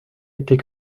était